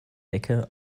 decke